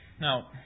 Now